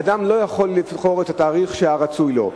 אדם לא יכול לבחור את התאריך שהיה רצוי לו.